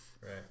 Right